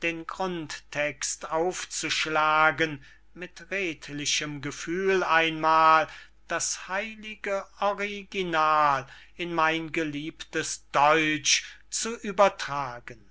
den grundtext aufzuschlagen mit redlichem gefühl einmal das heilige original in mein geliebtes deutsch zu übertragen